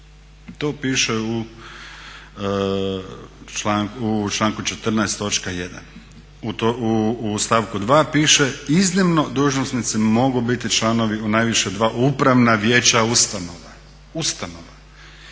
To piše u članku 14.točka 1., u stavku 2.piše iznimno dužnosnici mogu biti članovi u najviše dva upravna vijeća ustanova, ustanova,